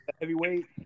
heavyweight